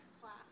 class